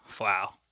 Wow